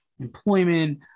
employment